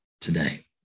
today